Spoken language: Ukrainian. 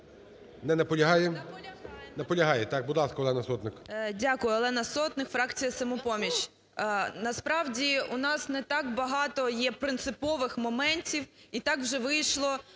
Не наполягає. Наполягає. Так, будь ласка, Олена Сотник. 12:42:48 СОТНИК О.С. Дякую. Олена Сотник, фракція "Самопоміч". Насправді, у нас не так не багато є принципових моментів, і так вже вийшло,